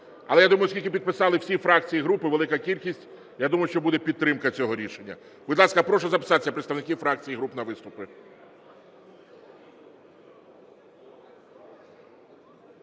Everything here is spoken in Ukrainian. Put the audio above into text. Але, я думаю, оскільки підписали всі фракції і групи, велика кількість, я думаю, що буде підтримка цього рішення. Будь ласка, прошу записатися представників фракцій і груп на виступи.